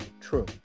True